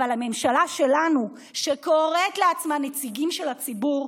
אבל הממשלה שלנו, שקוראת לעצמה נציגים של הציבור,